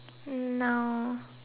hmm